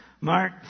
Mark